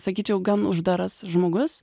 sakyčiau gan uždaras žmogus